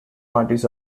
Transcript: parties